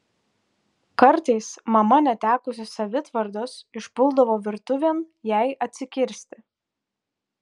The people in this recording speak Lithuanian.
kartais mama netekusi savitvardos išpuldavo virtuvėn jai atsikirsti